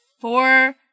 four